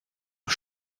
aux